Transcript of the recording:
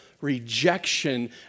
rejection